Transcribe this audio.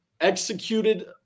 executed –